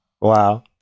Wow